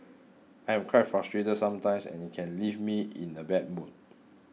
I am quite frustrated sometimes and it can leave me in a bad mood